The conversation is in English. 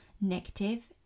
negative